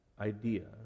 idea